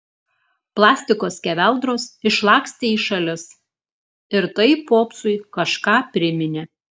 plastiko skeveldros išlakstė į šalis ir tai popsui kažką priminė